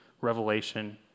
revelation